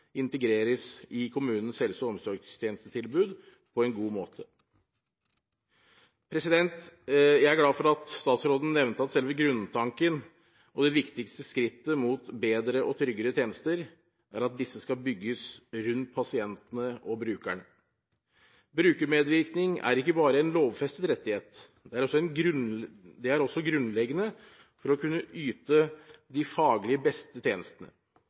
integreres i kommunens helse- og omsorgstjenestetilbud på en god måte. Jeg er glad for at statsråden nevnte at selve grunntanken og det viktigste skrittet mot bedre og tryggere tjenester, er at disse skal bygges rundt pasientene og brukerne. Brukermedvirkning er ikke bare en lovfestet rettighet, det er også grunnleggende for å kunne yte de faglig beste tjenestene.